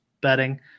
betting